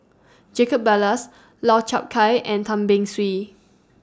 Jacob Ballas Lau Chiap Khai and Tan Beng Swee